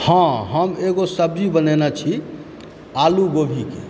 हँ हम एगो सब्जी बनेने छी आलू गोभीकेँ